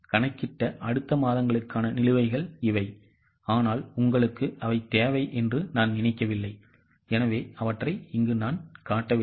நான் கணக்கிட்ட அடுத்த மாதங்களுக்கான நிலுவைகள் இவை ஆனால் உங்களுக்கு அவை தேவை என்று நான் நினைக்கவில்லை எனவே அவற்றை காட்டவில்லை